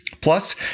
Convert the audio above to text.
Plus